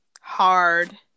hard